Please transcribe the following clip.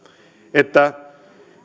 että